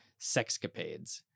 sexcapades